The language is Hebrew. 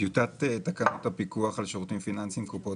טיוטת תקנות הפיקוח על שירותים פיננסיים (קופות